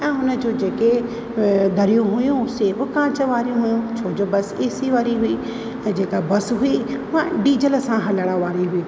ऐं हुन जूं जेके दरियूं हुयूं से बि कांच वारी हुयूं छोजो बसि एसी वारी हुई ऐं जेका बसि हुई उहा डीजल सां हलण वारी हुई